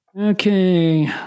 Okay